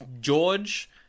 George